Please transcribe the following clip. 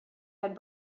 had